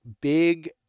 big